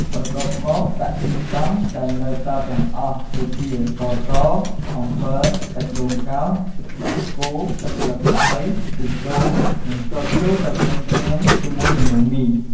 បន្ទាប់មក ដាក់គ្រឿងផ្សំដែលនៅសល់ទាំងអស់ដូចជា ស្ករស អំបិល សាច់ដូងកោស ទឹកដោះគោ ទឹកស្លឹកតើយ ខ្ទិះដូង និងស៊ុត ចូលទៅក្នុងចានជាមួយដំឡូងមី។